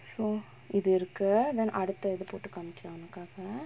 so இது இருக்கு:ithu irukku then அடுத்த இது போட்டு காமிக்குர ஒனக்காக:adutha ithu pottu kaamikkura onakaaga